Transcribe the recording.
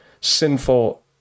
sinful